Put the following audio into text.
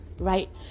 right